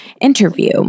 interview